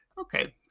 Okay